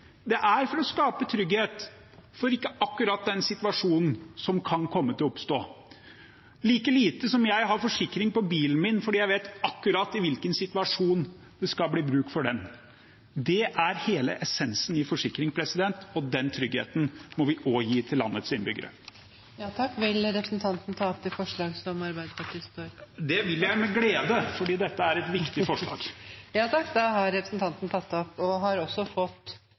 Det er for å skape trygghet for den situasjonen som kan komme til å oppstå – på samme måte som jeg har forsikring på bilen min, selv om jeg ikke vet akkurat i hvilken situasjon det skal bli bruk for den. Det er hele essensen med forsikring, og den tryggheten må vi også gi til landets innbyggere. Vil representanten ta opp forslag? Det vil jeg med glede, for dette er et viktig forslag. Da har representanten Nils Kristen Sandtrøen tatt opp